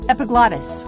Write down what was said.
Epiglottis